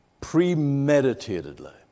premeditatedly